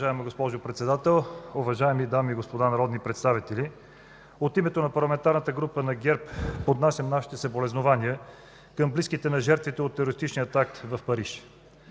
Уважаема госпожо Председател, уважаеми дами и господа народни представители! От името на Парламентарната група на ГЕРБ поднасям нашите съболезнования към близките на жертвите от терористичните атаки в Париж.